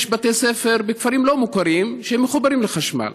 יש בתי ספר בכפרים לא מוכרים שמחוברים לחשמל.